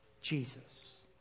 Jesus